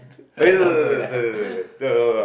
eh no no no no sorry sorry sorry no no no